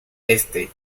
este